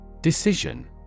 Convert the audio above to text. Decision